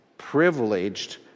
Privileged